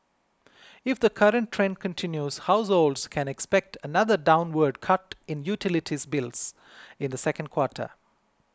if the current trend continues households can expect another downward cut in utilities bills in the second quarter